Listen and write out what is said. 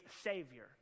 savior